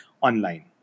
online